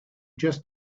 just